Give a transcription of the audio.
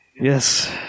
Yes